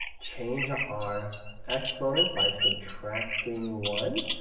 change our exponent by subtracting one,